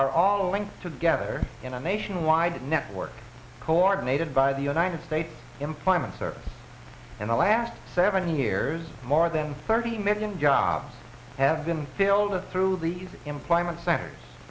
are all linked together in a nationwide network coordinated by the united states in finance or in the last seven years more than thirty million jobs have been filled through these employment centers